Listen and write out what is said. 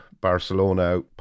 Barcelona